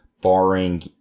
barring